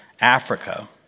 Africa